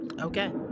Okay